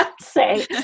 say